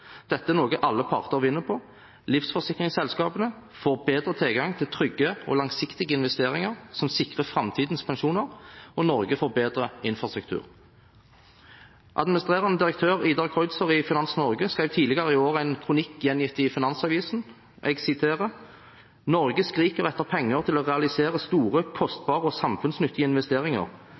Dette er noe alle parter vinner på. Livsforsikringsselskapene får bedre tilgang til trygge og langsiktige investeringer som sikrer framtidens pensjoner, og Norge får bedre infrastruktur. Administrerende direktør Idar Kreutzer i Finans Norge skrev tidligere i år en kronikk gjengitt i Finansavisen. Jeg siterer: «Norge skriker etter penger til å realisere store, kostbare og samfunnsnyttige investeringer.